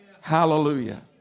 Hallelujah